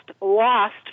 lost